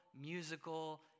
musical